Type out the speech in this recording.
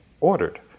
ordered